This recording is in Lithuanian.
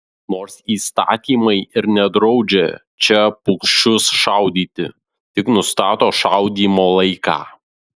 nors įstatymai ir nedraudžia čia paukščius šaudyti tik nustato šaudymo laiką